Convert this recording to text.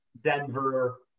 Denver